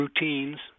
routines